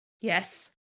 Yes